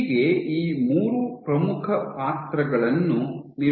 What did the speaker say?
ಹೀಗೆ ಈ ಮೂರೂ ಪ್ರಮುಖ ಪಾತ್ರಗಳನ್ನು ನಿರ್ವಹಿಸುತ್ತವೆ